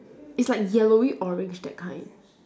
it's like yellowy orange that kind